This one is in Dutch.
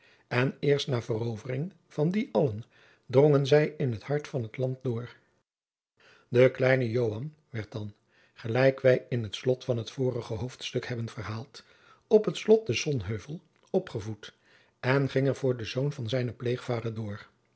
en eerst na de verovering van die allen drongen zij in het hart van het land door de kleine joan werd dan gelijk wij in het slot van het vorige hoofdstuk hebben verhaald op het slot te sonheuvel opgevoed en ging er voor de zoon van zijnen pleegvader door